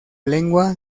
lengua